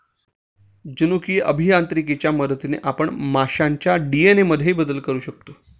जनुकीय अभियांत्रिकीच्या मदतीने आपण माशांच्या डी.एन.ए मध्येही बदल करू शकतो